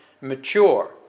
mature